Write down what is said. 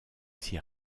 ainsi